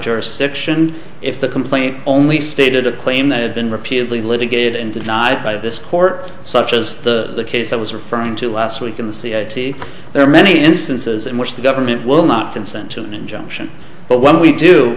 jurisdiction if the complaint only stated a claim that had been repeatedly litigated and denied by this court such as the case i was referring to last week in the c h p there are many instances in which the government will not consent to an injunction but when we do